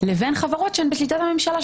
לבין חברות שהן בשליטת הממשלה,